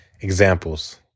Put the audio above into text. examples